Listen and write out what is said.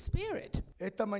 Spirit